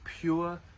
pure